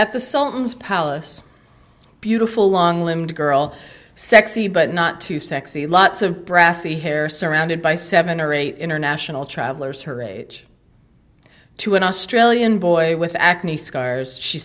at the sultan's palace beautiful long limbed girl sexy but not too sexy lots of brassy hair surrounded by seven or eight international travelers her age to an australian boy with acne scars she